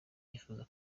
yifuza